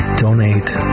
donate